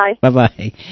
Bye-bye